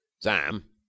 Sam